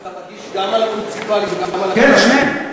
מגיש גם על המוניציפלי וגם על, כן, על שניהם.